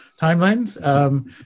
timelines